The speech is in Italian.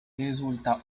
risulta